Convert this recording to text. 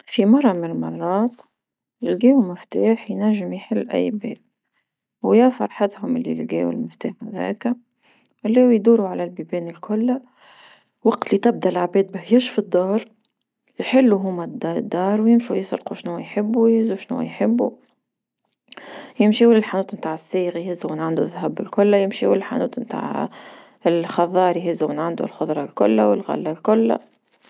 في مرة من المرات لقاو مفتاح ينجم يحل أي باب، ويا فرحتهم اللي لقاو المفتاح هذاكا خليو يدورو على البيبان الكل وقت اللي تبدا العباد ماهياش في الدار يحلو هوما الدار ويمشو يسرقو شنوا يحبو يهزو شنوا يحبو، يمشيو للحانوت متاع سايغي يهزو من عندو الذهب بالكل يمشيو للحانوت متاع الخضار يهزو من عندو الخضرة الكلة والغلة كلها.